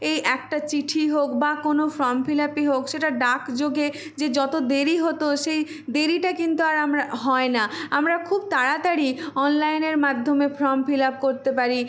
এই একটা চিঠি হোক বা কোনো ফর্ম ফিল আপই হোক সেটা ডাকযোগে যে যত দেরি হতো সেই দেরিটা কিন্তু আর আমরা হয় না আমরা খুব তাড়াতাড়ি অনলাইনের মাধ্যমে ফর্ম ফিল আপ করতে পারি